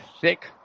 thick